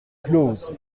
clause